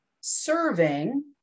serving